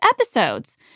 episodes